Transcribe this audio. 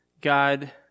God